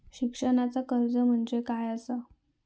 शिक्षणाचा कर्ज म्हणजे काय असा?